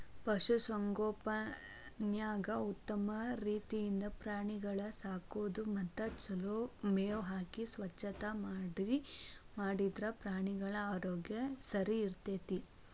ಪಶು ಸಂಗೋಪನ್ಯಾಗ ಉತ್ತಮ ರೇತಿಯಿಂದ ಪ್ರಾಣಿಗಳ ಸಾಕೋದು ಮತ್ತ ಚೊಲೋ ಮೇವ್ ಹಾಕಿ ಸ್ವಚ್ಛತಾ ಮಾಡಿದ್ರ ಪ್ರಾಣಿಗಳ ಆರೋಗ್ಯ ಸರಿಇರ್ತೇತಿ